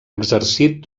exercit